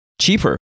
cheaper